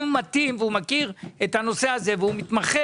אם הוא מתאים והוא מכיר את הנושא הזה והוא מתמחה